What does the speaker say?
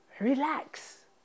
Relax